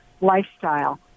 lifestyle